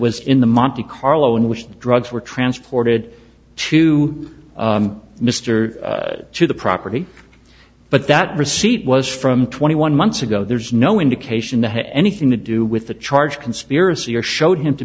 was in the monte carlo in which the drugs were transported to mr to the property but that receipt was from twenty one months ago there's no indication that had anything to do with the charge conspiracy or showed him to